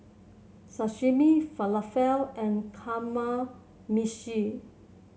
Sashimi Falafel and Kamameshi